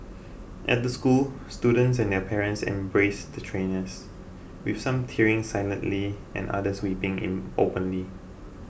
at the school students and their parents embraced the trainers with some tearing silently and others weeping in openly